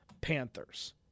Panthers